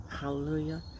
Hallelujah